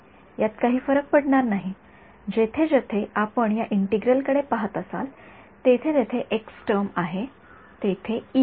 यात काही फरक पडणार नाही जेथे जेथे आपण या इंटिग्रलकडे पहात असाल जेथे जेथे एक्स टर्मआहे तेथे इ आहे